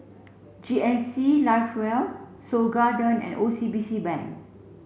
G N C live well Seoul Garden and O C B C Bank